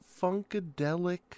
Funkadelic